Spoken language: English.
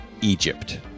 Egypt